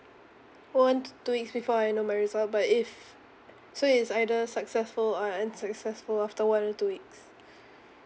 one to two weeks before I know my result but if so it's either successful or unsuccessful after one or two weeks